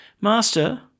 Master